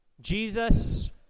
Jesus